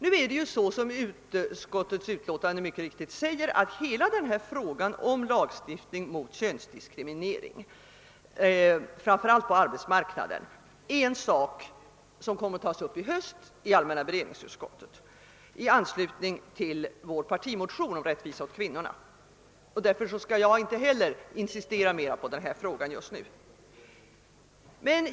Nu är det ju så, som utskottets utlåtande mycket riktigt säger, att hela denna fråga om lagstiftning mot könsdiskriminering, framför allt på arbetsmarknaden, kommer att tas upp i höst i allmänna beredningsutskottet i anslutning till vår partimotion om rättvisa åt kvinnorna, och därför skall jag inte insistera i denna fråga just nu.